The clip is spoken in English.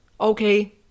okay